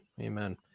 amen